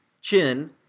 chin